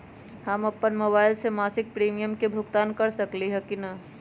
हम अपन मोबाइल से मासिक प्रीमियम के भुगतान कर सकली ह की न?